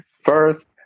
first